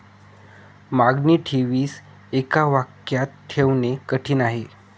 मागणी ठेवीस एका वाक्यात ठेवणे कठीण आहे